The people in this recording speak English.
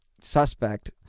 suspect